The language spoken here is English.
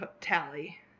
tally